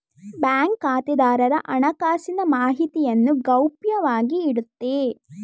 bank ಖಾತೆದಾರರ ಹಣಕಾಸಿನ ಮಾಹಿತಿಯನ್ನು ಗೌಪ್ಯವಾಗಿ ಇಡುತ್ತೆ